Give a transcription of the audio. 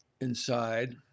inside